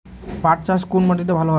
পাট চাষ কোন মাটিতে ভালো হয়?